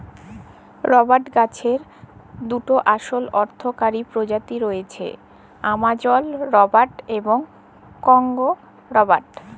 রবাট গাহাচের দুটা আসল অথ্থকারি পজাতি রঁয়েছে, আমাজল রবাট এবং কংগো রবাট